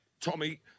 Tommy